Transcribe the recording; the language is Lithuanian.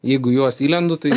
jeigu į juos įlendu tai